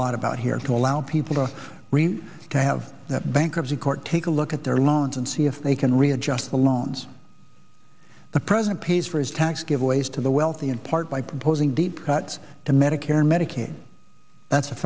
lot about here to allow people to really to have bankruptcy court take a look at their loans and see if they can readjust the loans the president pays for his tax giveaways to the wealthy in part by proposing deep cuts to medicare and medicaid that's a